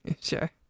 Sure